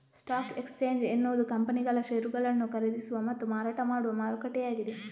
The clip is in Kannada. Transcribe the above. ಸ್ಟಾಕ್ ಎಕ್ಸ್ಚೇಂಜ್ ಎನ್ನುವುದು ಕಂಪನಿಗಳ ಷೇರುಗಳನ್ನು ಖರೀದಿಸುವ ಮತ್ತು ಮಾರಾಟ ಮಾಡುವ ಮಾರುಕಟ್ಟೆಯಾಗಿದೆ